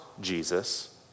Jesus